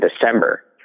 December